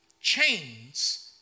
Chains